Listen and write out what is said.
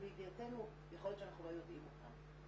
לידיעתנו יכול להיות שאנחנו לא יודעים אותם.